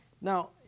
Now